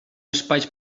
espais